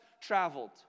traveled